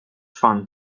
fund